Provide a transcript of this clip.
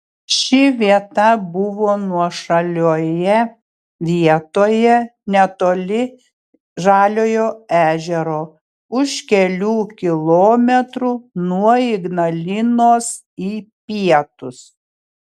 ši vieta buvo nuošalioje vietoje netoli žaliojo ežero už kelių kilometrų nuo ignalinos į pietus